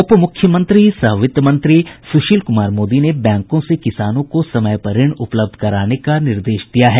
उप मुख्यमंत्री सह वित्त मंत्री सुशील कुमार मोदी ने बैंकों से किसानों को समय पर ऋण उपलब्ध कराने का निर्देश दिया है